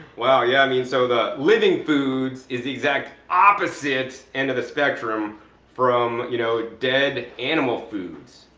wow, yeah i mean so the living foods is the exact opposite end of the spectrum from, you know, dead animal foods.